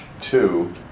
Two